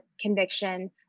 conviction